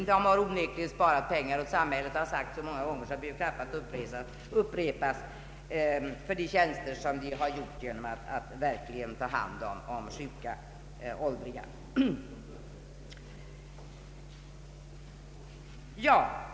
De har onekligen sparat pengar åt samhället — det har jag sagt så många gånger att jag egentligen inte behöver upprepa det — på grund av de tjänster de utfört genom att verkligen ta hand om sjuka åldringar.